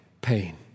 pain